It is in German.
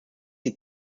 die